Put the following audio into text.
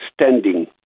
standing